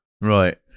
Right